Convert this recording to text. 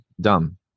dumb